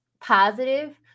positive